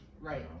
right